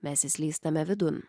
mes įslystame vidun